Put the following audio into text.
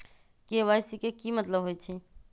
KYC के कि मतलब होइछइ?